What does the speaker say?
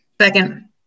Second